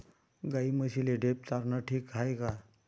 गाई म्हशीले ढेप चारनं ठीक हाये का?